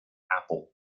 apple